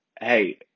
Hey